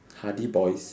Hardy boys